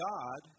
God